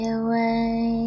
away